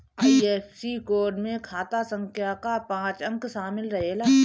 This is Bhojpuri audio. आई.एफ.एस.सी कोड में खाता संख्या कअ पांच अंक शामिल रहेला